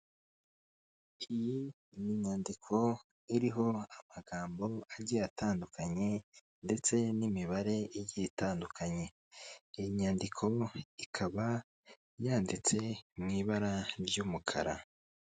Iyi ni inyandiko iriho amagambo agiye atandukanye ndetse n'imibare igiye itandukanye, iyi nyandiko ikaba yanditse mu ibara ry'umukara.